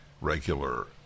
regular